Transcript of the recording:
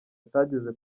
atageze